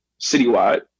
Citywide